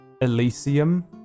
Elysium